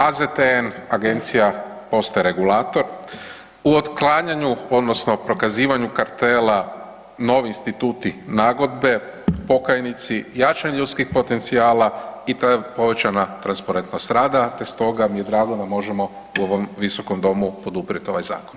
AZTN agencija postaje regulator u otklanjanju odnosno prokazivanju kartela novi instituti nagodbe, pokajnici, jačanje ljudskih potencijala i povećana transparentnost rada te stoga mi je drago da možemo u ovom visoku poduprijeti ovaj zakon.